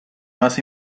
más